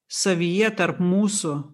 savyje tarp mūsų